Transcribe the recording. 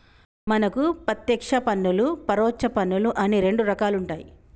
మనకు పత్యేక్ష పన్నులు పరొచ్చ పన్నులు అని రెండు రకాలుంటాయి